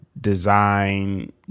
design